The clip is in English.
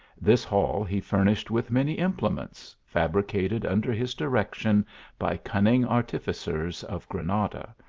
this hall he furnished with many imple ments, fabricated under his direction by cunning artificers of granada,